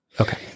okay